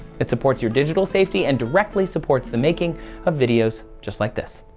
it supports your digital safety and directly supports the making of videos just like this.